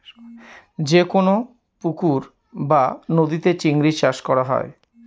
যেকোনো পুকুর বা নদীতে চিংড়ি চাষ করা হয়